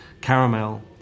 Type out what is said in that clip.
Caramel